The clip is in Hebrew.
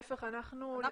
להיפך, אנחנו